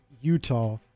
Utah